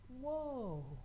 whoa